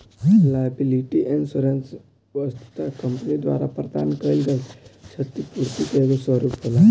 liability insurance वस्तुतः company द्वारा प्रदान कईल गईल छतिपूर्ति के एगो स्वरूप होला